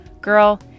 Girl